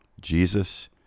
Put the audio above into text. Jesus